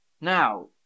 Now